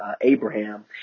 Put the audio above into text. Abraham